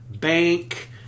bank